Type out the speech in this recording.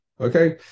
Okay